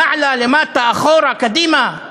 למעלה, למטה, אחורה, קדימה,